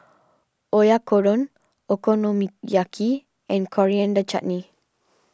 Oyakodon Okonomiyaki and Coriander Chutney